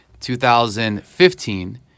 2015